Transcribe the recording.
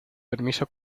permiso